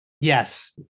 Yes